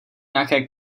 nějaké